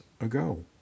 ago